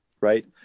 right